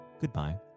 goodbye